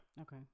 Okay